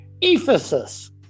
Ephesus